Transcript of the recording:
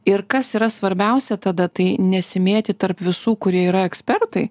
ir kas yra svarbiausia tada tai nesimėtyt tarp visų kurie yra ekspertai